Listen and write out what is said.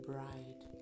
bride